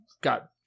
got